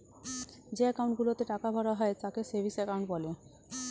যে অ্যাকাউন্ট গুলোতে টাকা ভরা হয় তাকে সেভিংস অ্যাকাউন্ট বলে